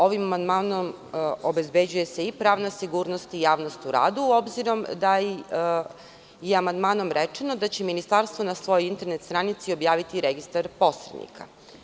Ovim amandmanom obezbeđuje se i pravna sigurnost i javnost u radu, obzirom da je amandmanom rečeno da će ministarstvo na svojoj internet stranici objaviti registar posrednika.